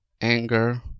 anger